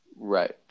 Right